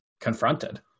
confronted